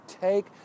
take